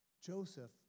Joseph